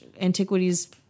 antiquities